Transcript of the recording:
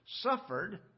Suffered